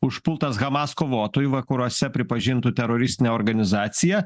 užpultas hamas kovotojų vakaruose pripažintų teroristine organizacija